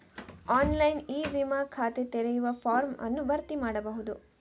online E ವಿಮಾ ಖಾತೆ ತೆರೆಯುವ ಫಾರ್ಮ್ ಅನ್ನು ಭರ್ತಿ ಮಾಡಬಹುದು